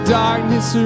darkness